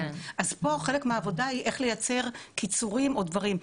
אז פה חלק מהעבודה היא איך לייצר קיצורים או דברים,